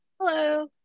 Hello